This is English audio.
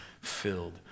filled